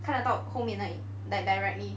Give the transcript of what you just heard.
看得到后面而已 like directly is it